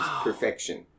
perfection